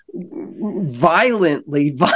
violently